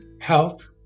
health